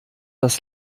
das